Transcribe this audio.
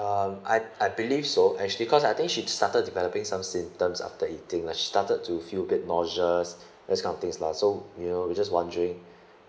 um I I believe so actually because I think she started developing some symptoms after eating ah she started to feel a bit nauseous this kind of things lah so you know we just wondering